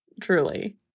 Truly